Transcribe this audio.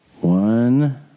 One